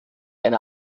eine